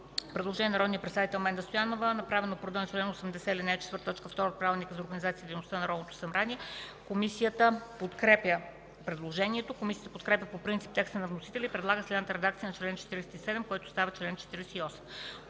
Предложение на народния представител Менда Стоянова, направено по реда на чл. 80, ал. 4, т. 2 от Правилника за организацията и дейността на Народното събрание. Комисията подкрепя предложението. Комисията подкрепя по принцип текста на вносителя и предлага следната редакция на чл. 47, който става чл. 48: